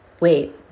wait